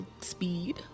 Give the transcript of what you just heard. speed